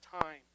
time